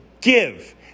give